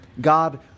God